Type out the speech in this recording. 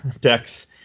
decks